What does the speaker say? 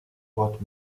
wort